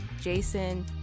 Jason